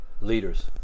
leaders